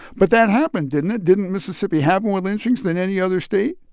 but that happened, didn't it? didn't mississippi have more lynchings than any other state?